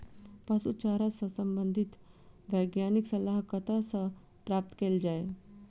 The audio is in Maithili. पशु चारा सऽ संबंधित वैज्ञानिक सलाह कतह सऽ प्राप्त कैल जाय?